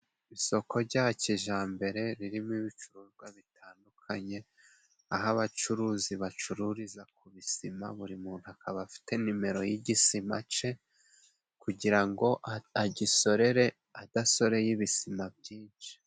Isoko rya kijambere ririmo ibicuruzwa bitandukanye, aho abacuruzi bacururiza ku bisima buri muntu akaba afite numero y'igisima, cye kugira ngo agisore adasoreye ibisima byinshi.